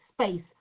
space